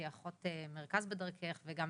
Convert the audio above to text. שהיא אחות מרכז "בדרכך" וגם